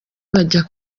bajya